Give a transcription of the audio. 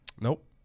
Nope